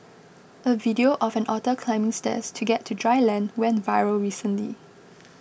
a video of an otter climbing stairs to get to dry land went viral recently